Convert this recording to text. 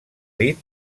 dit